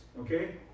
okay